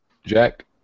Jack